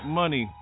money